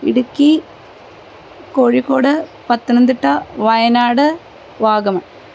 Idukki Kozhikode Pathanamthitta Wayanad Vagamon